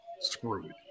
screwed